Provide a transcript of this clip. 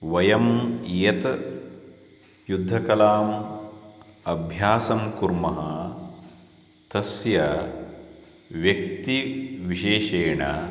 वयं यत् युद्धकलाम् अभ्यासं कुर्मः तस्य व्यक्तिविशेषेण